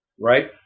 Right